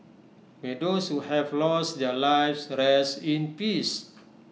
may those who have lost their lives rest in peace